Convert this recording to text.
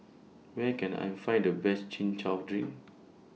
Where Can I Find The Best Chin Chow Drink